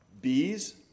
bees